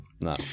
no